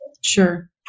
Sure